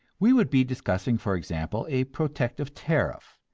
we would be discussing, for example, a protective tariff,